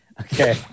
Okay